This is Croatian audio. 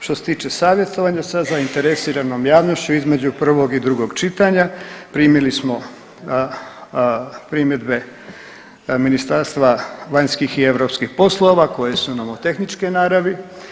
Što se tiče savjetovanja sa zainteresiranom javnošću između prvog i drugog čitanja primili smo primjedbe Ministarstva vanjskih i europskih poslova koje su nomotehničke naravi.